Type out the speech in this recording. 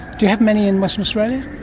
do you have many in western australia?